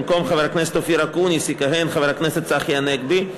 במקום חבר הכנסת אופיר אקוניס יכהן חבר הכנסת צחי הנגבי.